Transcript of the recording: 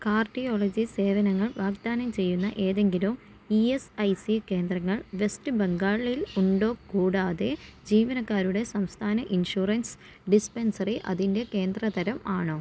cardiology സേവനങ്ങൾ വാഗ്ദാനം ചെയ്യുന്ന ഏതെങ്കിലും ഇ എസ് ഐ സി കേന്ദ്രങ്ങൾ വെസ്റ്റ് ബംഗാളിൽ ഉണ്ടോ കൂടാതെ ജീവനക്കാരുടെ സംസ്ഥാന ഇൻഷുറൻസ് ഡിസ്പെൻസറി അതിൻ്റെ കേന്ദ്ര തരം ആണോ